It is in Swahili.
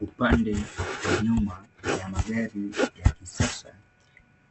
Upande wa nyuma kuna magari ya kisiasa